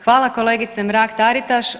Hvala kolegice Mrak-Taritaš.